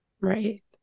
Right